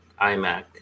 iMac